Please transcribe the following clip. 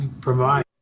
provide